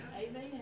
Amen